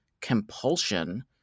compulsion